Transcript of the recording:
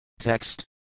Text